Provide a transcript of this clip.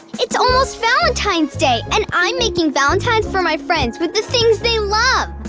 it's almost valentine's day, and i'm making valentines for my friends with the things they love.